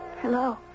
Hello